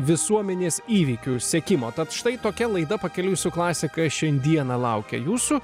visuomenės įvykių sekimo tad štai tokia laida pakeliui su klasika šiandieną laukia jūsų